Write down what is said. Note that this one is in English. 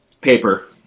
Paper